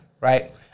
Right